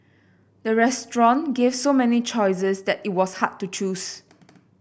the restaurant gave so many choices that it was hard to choose